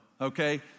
okay